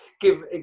give